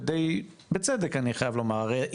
ודיי בצדק אני חייב לומר,